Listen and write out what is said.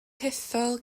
hethol